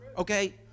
Okay